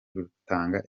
rutanga